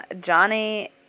Johnny